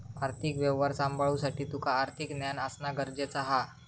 आर्थिक व्यवहार सांभाळुसाठी तुका आर्थिक ज्ञान असणा गरजेचा हा